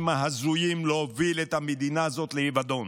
ההזויים להוביל את המדינה הזאת לאבדון.